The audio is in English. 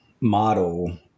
model